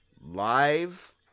live